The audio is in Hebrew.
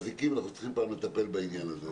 לגבי האזיקים - אנחנו צריכים כבר לטפל בעניין הזה.